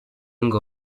ngo